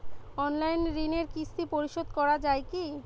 Online ঋণের কিস্তি পরিশোধ করা যায় কি?